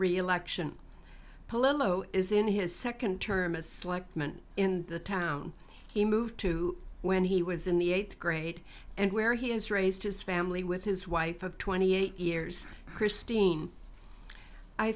reelection polo is in his second term as selectman in the town he moved to when he was in the eighth grade and where he has raised his family with his wife of twenty eight years christine i